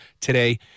today